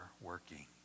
working